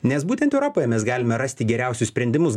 nes būtent europoje mes galime rasti geriausius sprendimus